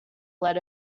led